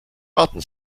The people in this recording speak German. warten